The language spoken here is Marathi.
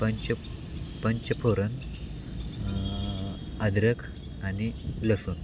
पंच पंचफोरन अदरक आणि लसूण